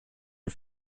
are